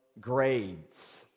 grades